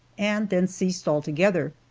and then ceased altogether,